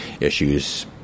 issues